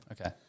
Okay